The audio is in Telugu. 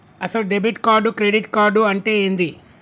అసలు డెబిట్ కార్డు క్రెడిట్ కార్డు అంటే ఏంది?